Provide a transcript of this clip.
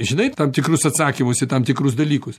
žinai tam tikrus atsakymus į tam tikrus dalykus